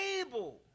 able